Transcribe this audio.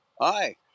Hi